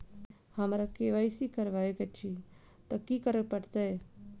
हमरा केँ Y C करेवाक अछि तऽ की करऽ पड़तै?